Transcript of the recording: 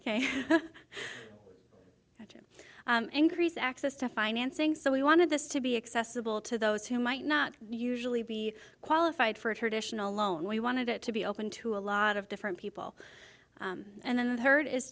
k increase access to financing so we wanted this to be accessible to those who might not usually be qualified for a traditional loan we wanted it to be open to a lot of different people and then hurt is